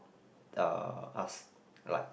uh us like